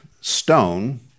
stone